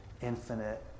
infinite